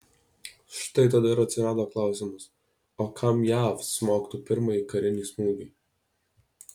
štai tada ir atsirado klausimas o kam jav smogtų pirmąjį karinį smūgį